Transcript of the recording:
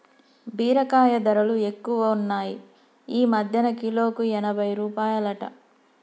బీరకాయ ధరలు ఎక్కువున్నాయ్ ఈ మధ్యన కిలోకు ఎనభై రూపాయలట